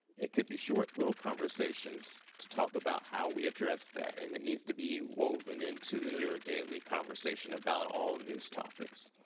it could be short little conversations to talk about how we address that. and it needs to be woven into your daily conversation about all news topics.